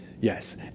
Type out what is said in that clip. Yes